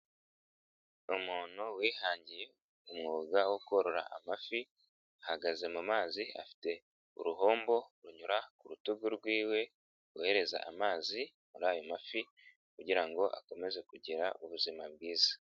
Umuntu wihangiye umwuga wo korora amafi, ahagaze mu mazi afite uruhombo runyura ku rutugu rwiwe rwohereza amazi muri ayo mafi kugira ngo akomeze kugira ubuzima bwiza.